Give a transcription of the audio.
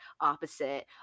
opposite